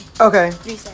Okay